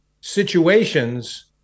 situations